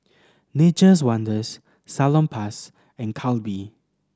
Nature's Wonders Salonpas and Calbee